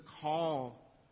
call